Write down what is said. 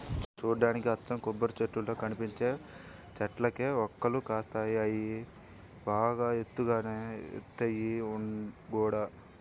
చూడ్డానికి అచ్చం కొబ్బరిచెట్టుల్లా కనిపించే చెట్లకే వక్కలు కాస్తాయి, అయ్యి బాగా ఎత్తుగానే ఎదుగుతయ్ గూడా